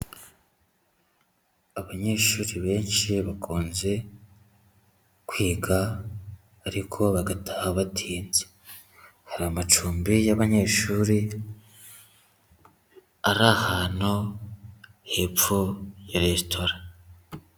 Abanyeshuri benshi bakunze kwiga ariko bagataha batinze. Hari amacumbi y'abanyeshuri ari ahantu hepfo ya resitora.